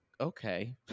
Okay